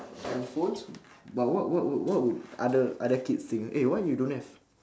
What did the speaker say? no phones but what what would what would other other kids think eh why you don't have